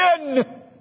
again